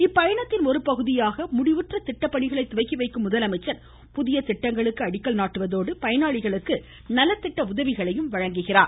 இப்பயணத்தின் ஒருபகுதியாக முடிவுற்ற திட்டப்பணிகளை துவக்கி வைக்கும் முதலமைச்சர் புதிய திட்டங்களுக்கும் அடிக்கல் நாட்டுவதோடு பயனாளிகளுக்கு நலத்திட்ட உதவிகளையும் வழங்கவுள்ளார்